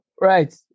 Right